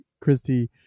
Christy